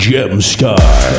Gemstar